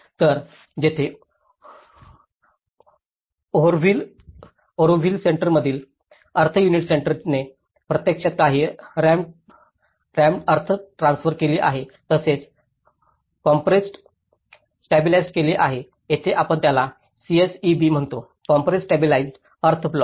तर जेथे ऑरोव्हिल सेंटरमधील अर्थ युनिट सेंटरने प्रत्यक्षात काही रॅम्ड अर्थ ट्रान्सफर केली आहे तसेच कॉम्प्रेसज्ड स्टॅबिलिज्ड केली आहे येथे आपण याला सीएसईबी म्हणतो कॉम्प्रेस्ड स्टेबलाइज्ड अर्थ ब्लॉक